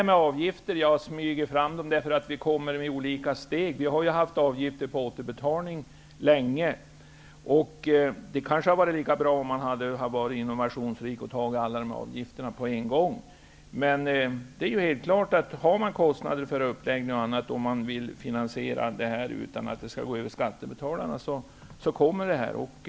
Så till påståendet att vi smyger fram avgifterna för att vi inför dem i olika steg. Vi har ju länge haft avgifter på återbetalning. Det kanske hade varit lika bra att man hade varit innovationsrik och infört alla avgifterna på en gång. Har man kostnader för uppläggning och annat och vill finansiera det utan att det skall gå via skattebetalarna blir det fråga om avgifter.